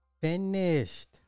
Finished